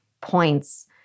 points